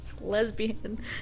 lesbian